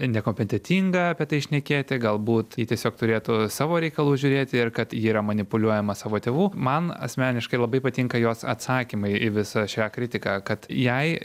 nekompetentinga apie tai šnekėti galbūt ji tiesiog turėtų savo reikalų žiūrėti ir kad ji yra manipuliuojama savo tėvų man asmeniškai labai patinka jos atsakymai į visą šią kritiką kad jai